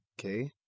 Okay